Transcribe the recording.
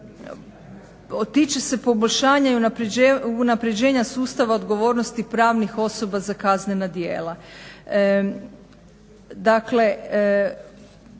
tiče se poboljšanja i unaprjeđenja sustava odgovornosti pravnih osoba za kaznena djela.